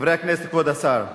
חברי הכנסת, כבוד השר,